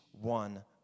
one